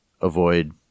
avoid